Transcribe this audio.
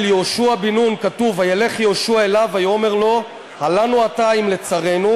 על יהושע בן נון כתוב: "וילך יהושע אליו ויאמר לו הלנו אתה אם לצרינו?"